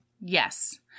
Yes